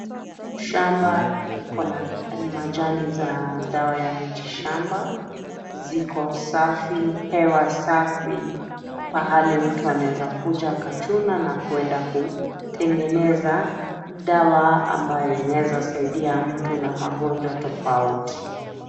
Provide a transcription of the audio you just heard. Shamba liko na majani za dawa ya miti shamba. Ziko safi hewa safi pahali mtu anaweza kuja akachuna na kwenda kutengeneza dawa ambayo inaeza saidia mtu na magonjwa tofauti.